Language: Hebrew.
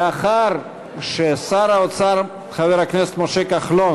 לאחר ששר האוצר חבר הכנסת משה כחלון